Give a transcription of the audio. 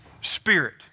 spirit